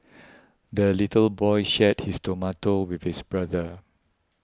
the little boy shared his tomato with his brother